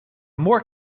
more